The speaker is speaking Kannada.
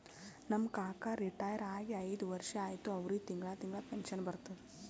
ನಮ್ ಕಾಕಾ ರಿಟೈರ್ ಆಗಿ ಐಯ್ದ ವರ್ಷ ಆಯ್ತ್ ಅವ್ರಿಗೆ ತಿಂಗಳಾ ತಿಂಗಳಾ ಪೆನ್ಷನ್ ಬರ್ತುದ್